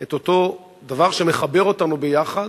את אותו דבר שמחבר אותנו ביחד,